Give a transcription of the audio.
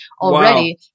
already